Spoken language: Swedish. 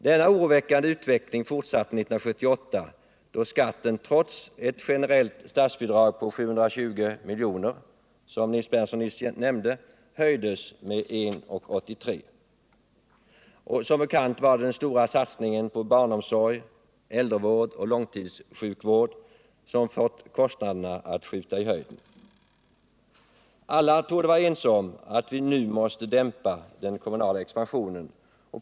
Denna oroväckande utveckling fortsatte 1978, då skatten trots ett generellt statsbidrag på 720 miljoner, som Nils Berndtson nyss nämnde, höjdes med 1:83. Som bekant var det den stora satsningen på barnomsorg, äldrevård och långtidsvård som fått kostnaderna att skjuta i höjden. Alla torde vara ense om att vi nu måste dämpa den kommunala expansionen.